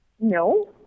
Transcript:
No